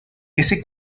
ese